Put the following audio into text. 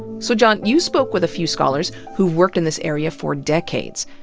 so john, you spoke with a few scholars who've worked in this area for decades.